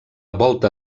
volta